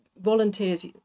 volunteers